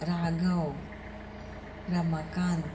Raghav Ramakant